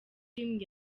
team